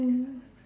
mm